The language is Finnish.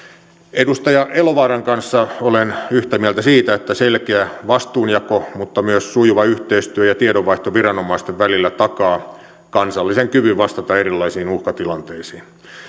edustaja elovaaran kanssa olen yhtä mieltä siitä että selkeä vastuunjako mutta myös sujuva yhteistyö ja tiedonvaihto viranomaisten välillä takaavat kansallisen kyvyn vastata erilaisiin uhkatilanteisiin